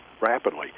rapidly